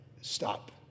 stop